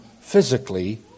physically